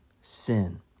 sin